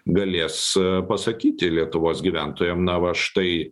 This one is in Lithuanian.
galės pasakyti lietuvos gyventojam na va štai